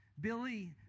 Billy